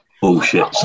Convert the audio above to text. bullshit